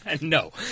No